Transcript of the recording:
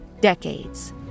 decades